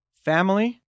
family